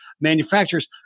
manufacturers